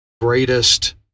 Greatest